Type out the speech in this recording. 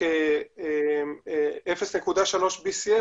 0.3 BCM,